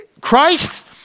Christ